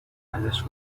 ازش